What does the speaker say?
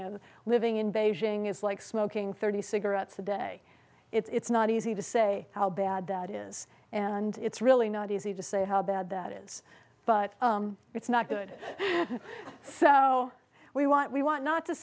that living in beijing is like smoking thirty cigarettes a day it's not easy to say how bad that is and it's really not easy to say how bad that is but it's not good so we want we want not to